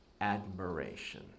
admiration